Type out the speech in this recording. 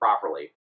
properly